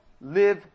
live